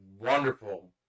wonderful